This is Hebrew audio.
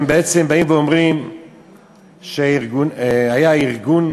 הם בעצם באים ואומרים שהיה ארגון,